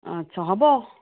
অ' আচ্ছা হ'ব